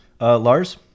Lars